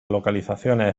localizaciones